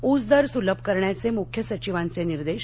उस दर सुलभ करण्याचे मुख्य सचिवांचे निर्देश